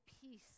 peace